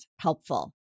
helpful